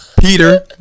Peter